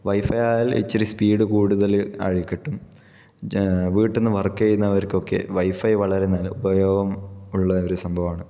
wifi അയാൽ ഇച്ചിരി speed കൂടുതൽ ആയി കിട്ടും ഞാൻ വീട്ടിൽ നിന്ന് വർക്ക് ചെയ്യുന്നവർക്കൊക്കെ വൈഫൈ വളരെ നല്ല ഉപയോഗം ഉള്ളൊരു സംഭവമാണ്